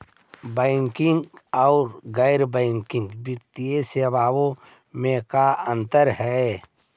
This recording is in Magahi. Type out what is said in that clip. बैंकिंग और गैर बैंकिंग वित्तीय सेवाओं में का अंतर हइ?